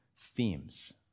themes